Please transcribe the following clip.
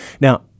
Now